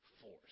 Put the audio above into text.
force